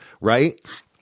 right